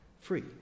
free